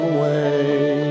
Away